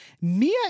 Mia